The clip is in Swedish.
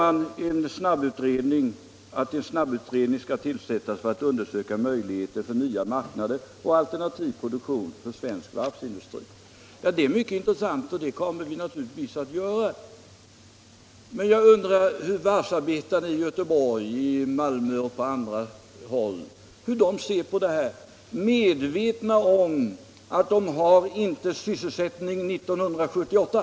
Jo, de begär att en snabbutredning skall tillsättas för att undersöka möjligheterna att finna nya marknader och alternativ produktion för svensk varvsindustri. Det är mycket intressant, och en sådan undersökning kommer vi naturligtvis att göra, men jag undrar hur varvsarbetarna i Göteborg, i Malmö och på andra håll ser på detta, medvetna om att de inte har sysselsättning 1978.